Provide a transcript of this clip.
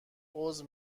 عذر